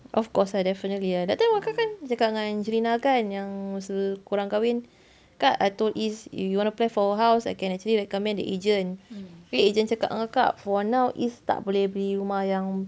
of course lah definitely lah that time kakak kan cakap dengan izurin lah kan yang masa korang kahwin kan I told izz if you want to apply for house I can actually recommend the agent okay the agent cakap dengan kakak for now izz tak boleh beli rumah yang